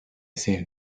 same